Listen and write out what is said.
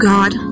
God